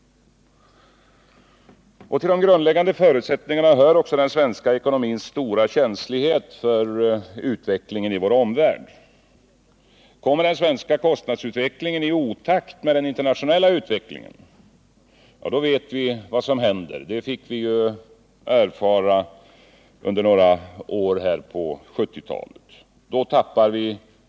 Till de grundläggande förutsättningarna hör också den svenska ekonomins 143 stora känslighet för utvecklingen i vår omvärld. Kommer den svenska kostnadsutvecklingen i otakt med den internationella utvecklingen, då vet vi vad som händer. Vi fick ju erfara det under några år på 1970-talet.